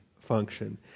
function